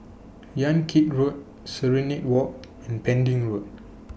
Yan Kit Road Serenade Walk and Pending Road